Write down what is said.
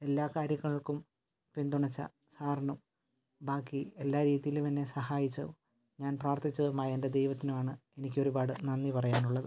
എല്ലാ കാര്യങ്ങൾക്കും പിന്തുണച്ച സാറിനും ബാക്കി എല്ലാ രീതിയിലും എന്നെ സഹായിച്ച ഞാൻ പ്രാർത്ഥിച്ചതുമായ എൻ്റെ ദൈവത്തിനാണ് എനിക്കൊരുപാട് നന്ദി പറയാനുള്ളത്